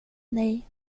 nej